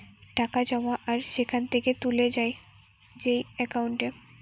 টাকা জমা আর সেখান থেকে তুলে যায় যেই একাউন্টে